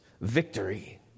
victory